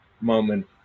moment